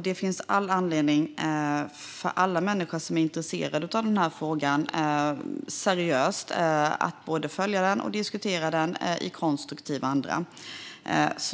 Det finns all anledning för alla människor som är seriöst intresserade av frågan att följa den och diskutera den i konstruktiv anda.